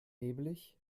nebelig